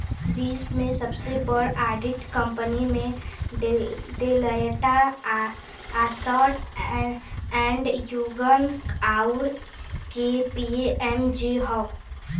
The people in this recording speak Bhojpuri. विश्व क सबसे बड़ा ऑडिट कंपनी में डेलॉयट, अन्सर्ट एंड यंग, आउर के.पी.एम.जी हौ